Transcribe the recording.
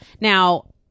now